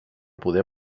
poder